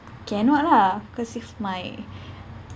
cannot lah because if my